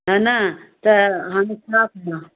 न न त हाणे छा कयां